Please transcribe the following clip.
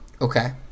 Okay